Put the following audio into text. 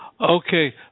Okay